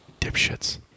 dipshits